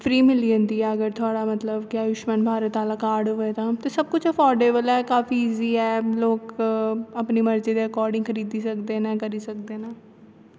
free मिली जंदी ऐ अगर थुआढ़ा मतलब कि आयूषमान भारत आहला कार्ड होऐ ते सब कुछ अफार्डेवल ऐ काफी ईजी ऐ लोक अपनी मर्जी दे अकाडिंग खरीदी सकदे न करी सकदे